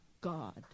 God